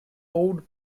old